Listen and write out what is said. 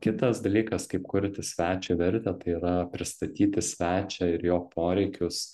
kitas dalykas kaip kurti svečio vertę tai yra pristatyti svečią ir jo poreikius